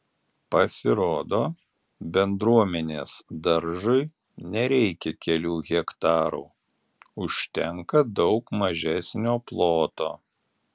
pasirodo bendruomenės daržui nereikia kelių hektarų užtenka daug mažesnio ploto